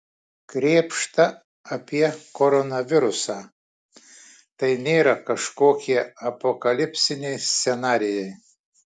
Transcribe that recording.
krėpšta apie koronavirusą tai nėra kažkokie apokalipsiniai scenarijai